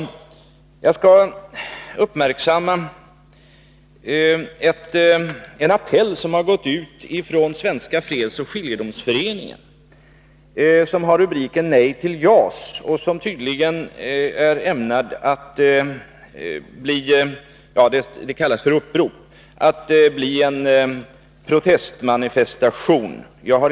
Jag skall uppmärksamma ett upprop som gått ut från Svenska fredsoch skiljedomsföreningen och som har rubriken: Nej till JAS. Uppropet är tydligen ämnat att bli en protestmanifestation.